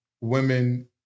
women